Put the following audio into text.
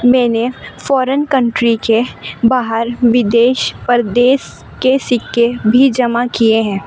میں نے foreign country کے باہر بدیس پردیس کے سکے بھی جمع کیے ہیں